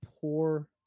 poor